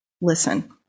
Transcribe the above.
listen